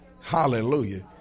Hallelujah